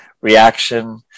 reaction